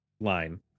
line